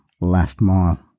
last-mile